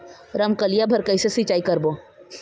रमकलिया बर कइसे सिचाई करबो?